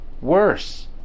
worse